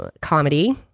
Comedy